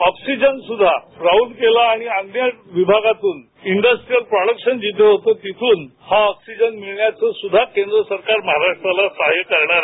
oxygen सुद्धा राउकेला आणि अन्य विभागातून इंडस्ट्रिअल प्रॉडक्शन जिथे होतं तिथून हा ऑक्सिगन मिळण्याच सुद्धा केंद्र सरकार महाराष्ट्राला सहाय्य करणार आहे